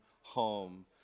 home